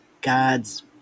God's